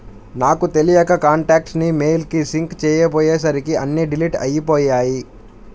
నాకు తెలియక కాంటాక్ట్స్ ని మెయిల్ కి సింక్ చేసుకోపొయ్యేసరికి అన్నీ డిలీట్ అయ్యిపొయ్యాయి